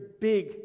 big